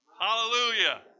Hallelujah